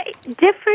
Different